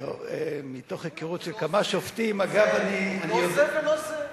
הוא לא זה ולא זה.